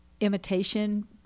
imitation